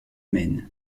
men